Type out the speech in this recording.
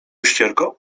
ścierką